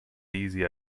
easily